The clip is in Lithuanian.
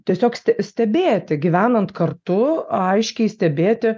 tiesiog stebėti gyvenant kartu aiškiai stebėti